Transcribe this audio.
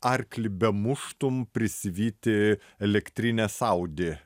arklį bemuštum prisivyti elektrinės audi